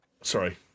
Sorry